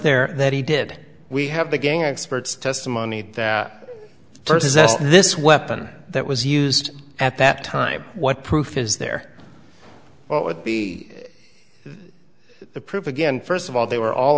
there that he did we have the gang experts testimony that first this weapon that was used at that time what proof is there what would be the proof again first of all they were all